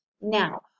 now